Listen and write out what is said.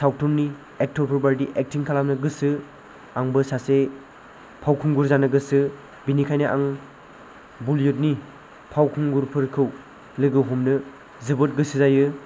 सावथुननि एक्ट'र फोरबायदि एक्टिं खालामनो गोसो आंबो सासे फावखुंगुर जानो गोसो बेनिखायनो आं बलिवुड नि फावखुंगुरफोरखौ लोगो हमनो जोबोद गोसो जायो